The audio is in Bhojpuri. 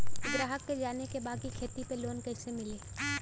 ग्राहक के जाने के बा की खेती पे लोन कैसे मीली?